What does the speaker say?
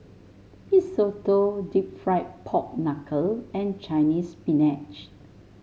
Mee Soto deep fried Pork Knuckle and Chinese Spinach